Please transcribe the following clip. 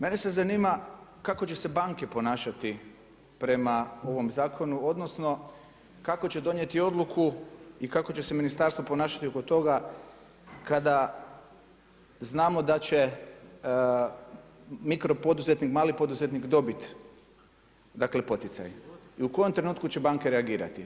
Mene sad zanima kako će se banke ponašati prema ovom zakonu, odnosno kako će donijeti odluku i kako će se ministarstvo ponašati oko toga kada znamo da će mikro poduzetnik, mali poduzetnik dobiti dakle poticaj i u kojem trenutku će banke reagirati.